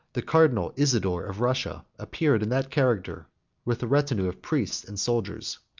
the cardinal isidore of russia appeared in that character with a retinue of priests and soldiers.